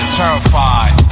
terrified